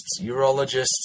urologists